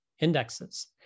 indexes